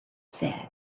said